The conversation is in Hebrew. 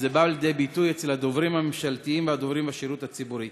וזה בא לידי ביטוי אצל הדוברים הממשלתיים והדוברים בשירות הציבורי.